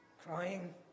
crying